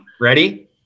Ready